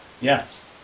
Yes